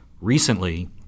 Recently